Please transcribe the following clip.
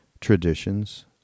traditions